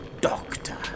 doctor